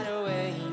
away